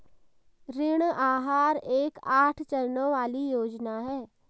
ऋण आहार एक आठ चरणों वाली योजना है